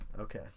Okay